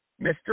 Mr